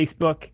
Facebook